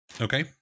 Okay